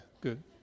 good